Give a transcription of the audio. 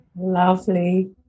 Lovely